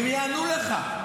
הם יענו לך.